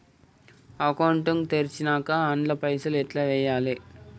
Account తెరిచినాక అండ్ల పైసల్ ఎట్ల వేయాలే?